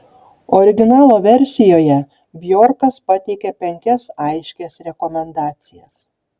originalo versijoje bjorkas pateikia penkias aiškias rekomendacijas